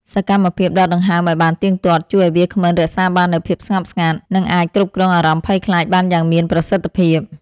សកម្មភាពដកដង្ហើមឱ្យបានទៀងទាត់ ជួយឱ្យវាគ្មិនរក្សាបាននូវភាពស្ងប់ស្ងាត់ និងអាចគ្រប់គ្រងអារម្មណ៍ភ័យខ្លាចបានយ៉ាងមានប្រសិទ្ធភាព។